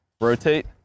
rotate